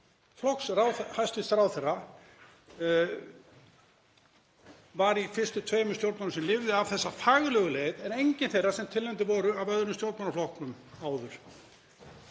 flokks hæstv. ráðherra, var í fyrstu tveimur stjórnunum sem lifðu af þessa faglegu leið en enginn þeirra sem tilnefndir voru af öðrum stjórnmálaflokkum áður.